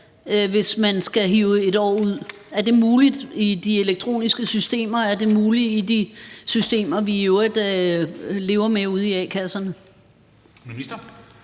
hvis man skal hive 1 år ud. Er det muligt i de elektroniske systemer, og er det muligt i de systemer, vi i øvrigt lever med ude i a-kasserne?